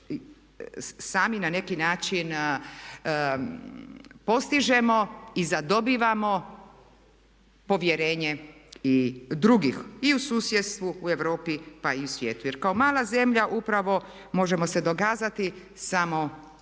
sami na neki način i postižemo i zadobivamo povjerenje i drugih, i u susjedstvu, u Europi pa i u svijetu. Jer kao mala zemlja upravo možemo se dokazati samo